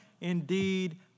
indeed